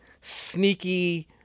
sneaky